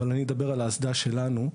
אבל אני אדבר על האסדה שלנו.